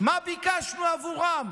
מה ביקשנו בעבורם?